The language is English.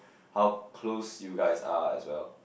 how close you guys are as well